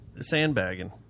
Sandbagging